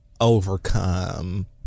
overcome